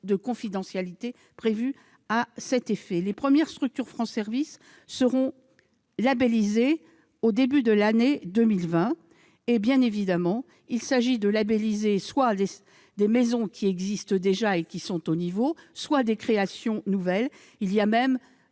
de confidentialité prévu à cet effet. Les premières structures France services seront labellisées au début de l'année 2020. Bien évidemment, il s'agit de labelliser soit des maisons qui existent déjà et qui sont au niveau, soit des créations nouvelles. Dans le